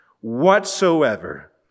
whatsoever